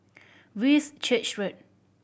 Whitchurch Road